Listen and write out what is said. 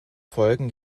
folgen